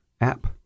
app